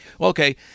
Okay